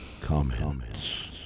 comments